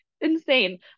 insane